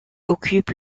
occupe